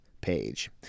page